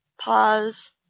pause